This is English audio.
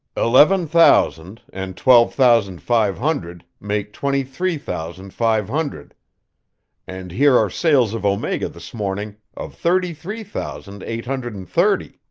eleven thousand and twelve thousand five hundred make twenty-three thousand five hundred and here are sales of omega this morning of thirty-three thousand eight hundred and thirty.